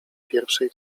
pierwszej